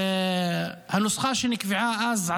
הנוסחה שנקבעה אז,